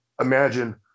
imagine